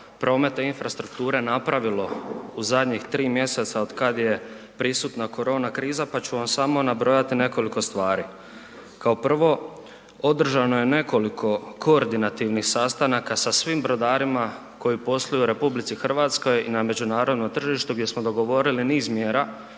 prometa i infrastrukture napravilo u zadnjih 3 mj. otkad je prisutna korona kriza pa ću vam samo nabrojati nekoliko stvari. Kao prvo, održano je nekoliko koordinativnih sastanaka sa svim brodarima koji posluju u RH i na međunarodnom tržištu gdje smo dogovorili niz mjera